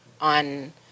on